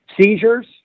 Seizures